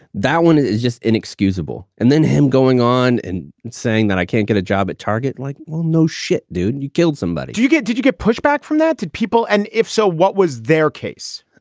that one is just inexcusable. and then him going on and saying that i can't get a job at target, like, well, no shit, dude, you killed somebody you get did you get pushback from that people? and if so, what was their case?